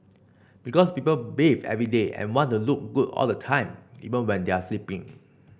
because people bath every day and want to look good all the time even when they are sleeping